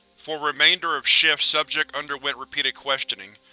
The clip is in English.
for remainder of shift subject underwent repeated questioning,